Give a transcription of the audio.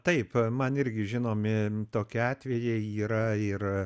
taip man irgi žinomi tokie atvejai yra ir